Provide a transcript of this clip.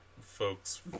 folks